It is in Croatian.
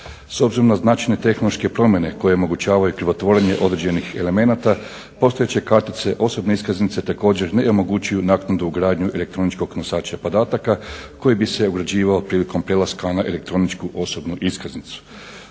S obzirom na značajne tehnološke promjene koje im omogućavaju krivotvorenje određenih elemenata postojeće kartice, osobne iskaznice također ne omogućuju naknadnu ugradnju elektroničkog nosača podataka koji bi se uređivao prilikom prelaska na elektroničku osobnu iskaznicu.